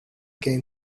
gain